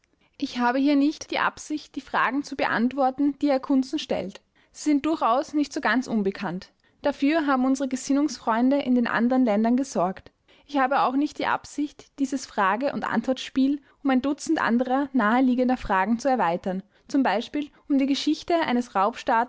ich habe hier nicht die absicht die fragen zu beantworten die herr kuntzen stellt sie sind durchaus nicht so ganz unbekannt dafür haben unsere gesinnungsfreunde in den andern ländern gesorgt ich habe auch nicht die absicht dieses frage und antwortspiel um ein dutzend anderer naheliegender fragen zu erweitern z b um die geschichte eines